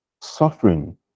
Suffering